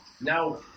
now